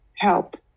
help